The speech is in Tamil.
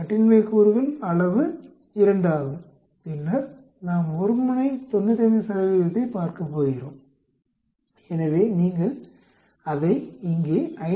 கட்டின்மை கூறுகள் அளவு 2 ஆகும் பின்னர் நாம் ஒருமுனை 95 ஐப் பார்க்கப் போகிறோம் எனவே நீங்கள் அதை இங்கே 5